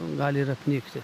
gali ir apnikti